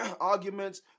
arguments